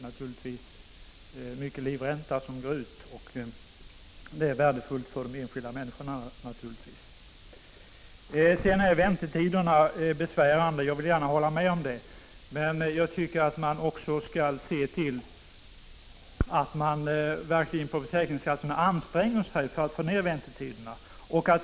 Naturligtvis är även livräntan värdefull för de enskilda människorna. Jag håller med om att väntetiderna är besvärande. Försäkringskassorna anstränger sig verkligen för att förkorta väntetiderna. Även regeringen har uppmärksammat förhållandena när det gäller ärendebalanserna.